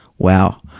Wow